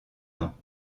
ans